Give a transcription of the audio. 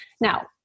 now